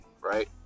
right